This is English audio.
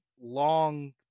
long